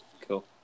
Cool